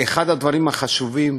אחד הדברים החשובים,